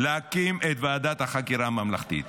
להקים את ועדת החקירה הממלכתית.